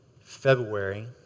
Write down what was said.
February